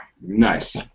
Nice